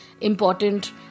important